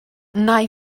nai